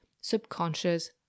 subconscious